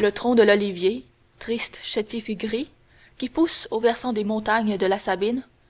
le tronc de l'olivier triste chétif et gris qui pousse au versant des montagnes de la sabine